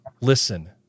listen